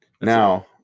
Now